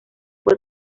fue